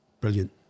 Brilliant